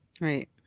Right